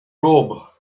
robe